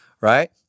right